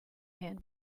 hand